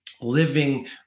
Living